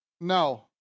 No